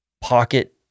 pocket